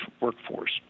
workforce